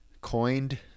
coined